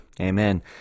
Amen